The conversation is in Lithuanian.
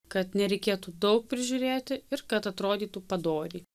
kad nereikėtų daug prižiūrėti ir kad atrodytų padoriai